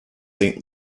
saint